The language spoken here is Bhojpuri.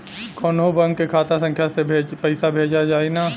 कौन्हू बैंक के खाता संख्या से पैसा भेजा जाई न?